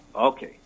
Okay